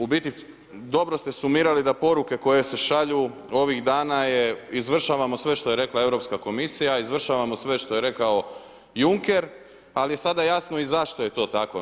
U biti dobro ste sumirali da poruke koje se šalju ovih dana je izvršavamo sve što je rekla Europska komisija, izvršavamo sve što je rekao Juncker, ali sada je jasno zašto je to tako.